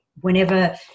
whenever